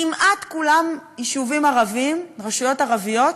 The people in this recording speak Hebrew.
כמעט כולם יישובים ערביים, רשויות ערביות,